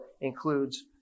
includes